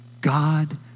God